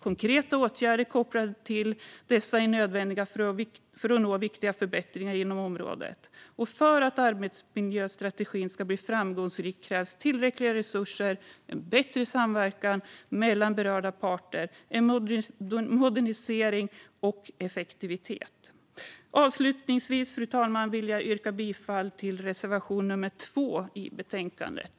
Konkreta åtgärder kopplade till dessa är nödvändiga för att nå viktiga förbättringar inom området. För att arbetsmiljöstrategin ska bli framgångsrik krävs tillräckliga resurser, bättre samverkan mellan berörda parter, modernisering och effektivitet. Avslutningsvis, fru talman, vill jag yrka bifall till reservation nummer 2 i betänkandet.